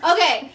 Okay